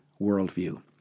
worldview